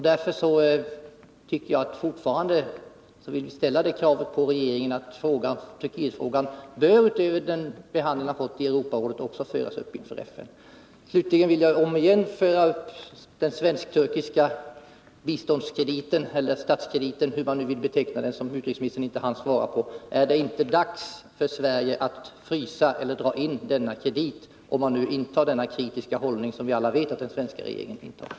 Därför vill vi fortfarande ställa det kravet på regeringen att Turkietfrågan, utöver den behandling som den fått i Europarådet, också bör föras upp inför FN. Slutligen vill jag återigen ta upp den svensk-turkiska biståndskrediten — eller statskrediten, hur man nu vill beteckna den. Men den frågan hann utrikesministern inte svara på. Är det inte dags för Sverige att frysa eller dra in den krediten, om man nu intar den kritiska hållning som vi alla vet att den svenska regeringen intar?